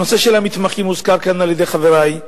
נושא המתמחים הוזכר כאן על-ידי חברי,